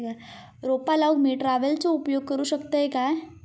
रोपा लाऊक मी ट्रावेलचो उपयोग करू शकतय काय?